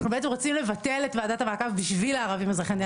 אנחנו בעצם רוצים לבטל את ועדת המעקב בשביל הערבים אזרחי ישראל.